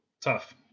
tough